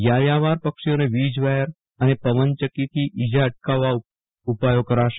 યાયાવર પક્ષીઓને વિજ વાયર અને પવનચકીથી ઈજા અટકાવવા ઉપાયો કરાશે